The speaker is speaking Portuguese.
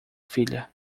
filha